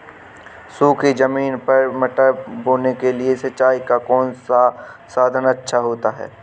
सूखी ज़मीन पर मटर बोने के लिए सिंचाई का कौन सा साधन अच्छा होता है?